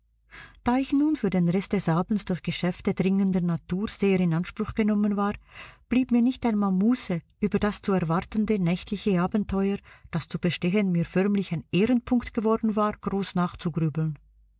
da ich nun für den rest des abends durch geschäfte dringender natur sehr in anspruch genommen war blieb mir nicht einmal muße über das zu erwartende nächtliche abenteuer das zu bestehen mir förmlich ein ehrenpunkt geworden war groß nachzugrübeln